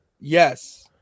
yes